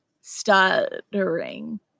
stuttering